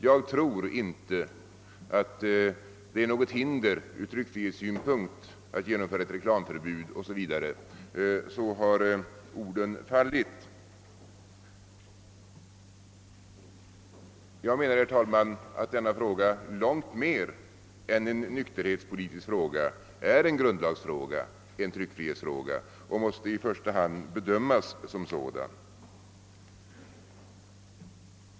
»Jag tror inte att det föreligger något hinder ur tryckfrihetslagstiftningssynpunkt att genomföra ett reklamförbud» — ungefär så har orden fallit. Denna fråga är, herr talman, en grundlagsfråga långt mer än en nykterhetspolitisk fråga. Det är en tryckfrihetsfråga, och den måste i första hand bedömas som sådan.